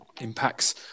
impacts